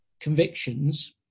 convictions